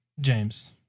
James